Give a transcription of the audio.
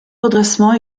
redressement